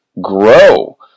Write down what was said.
grow